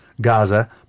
Gaza